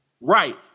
right